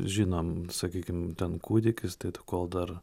žinom sakykim ten kūdikis tai tu kol dar